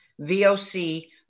VOC